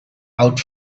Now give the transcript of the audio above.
out